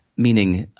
meaning,